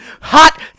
hot